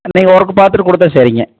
நீங்கள் ஒர்க்கு பார்த்துட்டு கொடுத்தா சரிங்க